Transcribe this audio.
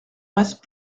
reste